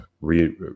re